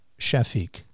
Shafiq